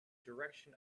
direction